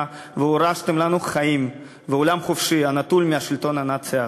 והורשתם לנו חיים ועולם חופשי נטול השלטון הנאצי האכזר.